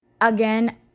Again